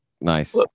Nice